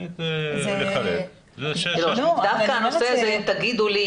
אם תגידו לי